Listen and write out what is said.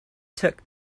took